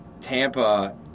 Tampa